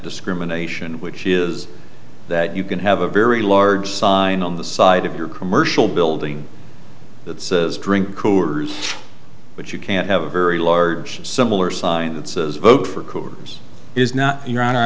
discrimination which is that you can have a very large sign on the side of your commercial building that says drink coors but you can't have a very large similar sign that says vote for coopers is not your honor i